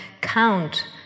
count